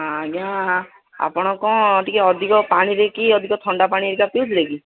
ଆଜ୍ଞା ଆପଣ କଣ ଟିକେ ଅଧିକ ପାଣି ଦେଇକି ଅଧିକ ଥଣ୍ଡା ପାଣି ହେରିକା ପିଉଥିଲେ କି